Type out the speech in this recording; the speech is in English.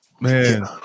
Man